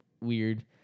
weird